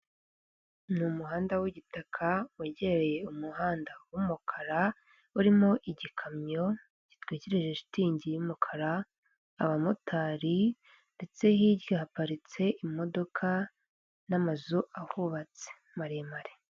Ni umuhanda w'igitaka wegereye umuhanda w'umukara urimo igikamyo gitwikirije shitingi y'umukara, abamotari ndetse hirya haparitse imodoka n'amazu ahubatse maremare.